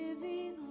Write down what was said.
living